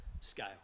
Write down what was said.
scale